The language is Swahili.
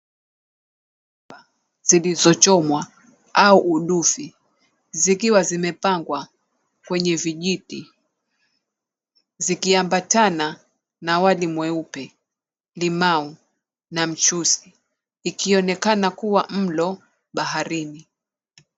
Nyama zilizochomwa au udufi zikiwa zimepangwa kwenye vijiti zikiambatana na wali mweupe, limau na mchuzi likionekana kuwa mlo baharini.